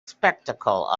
spectacle